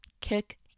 kick